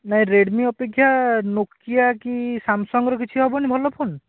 ନାହିଁ ରେଡ଼ମି ଅପେକ୍ଷା ନୋକିଆ କି ସାମସଙ୍ଗର କିଛି ହେବନି ଭଲ ଫୋନ